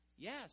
Yes